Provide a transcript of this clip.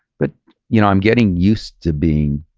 but you know i'm getting used to being,